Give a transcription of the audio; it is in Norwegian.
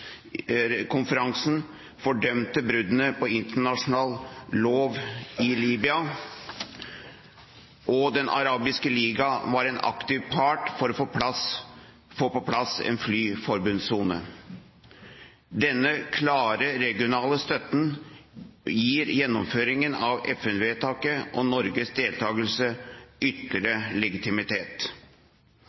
konferansen fordømte bruddene på internasjonal lov i Libya, og Den arabiske liga var en aktiv part for å få på plass en flyforbudssone. Denne klare regionale støtten gir gjennomføringen av FN-vedtaket og Norges deltakelse ytterligere legitimitet.